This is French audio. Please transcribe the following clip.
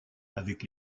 avec